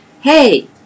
hey